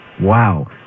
Wow